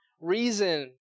reason